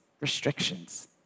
restrictions